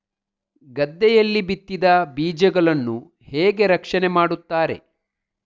ಗದ್ದೆಯಲ್ಲಿ ಬಿತ್ತಿದ ಬೀಜಗಳನ್ನು ಹೇಗೆ ರಕ್ಷಣೆ ಮಾಡುತ್ತಾರೆ?